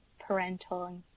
parental